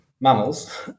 mammals